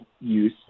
use